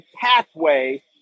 pathway